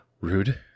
Rude